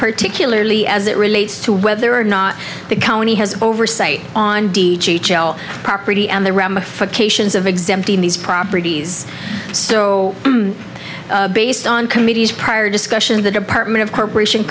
particularly as it relates to whether or not the county has oversight on property and the ramifications of exempting these properties so based on committees prior discussion the department of corporation